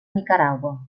nicaragua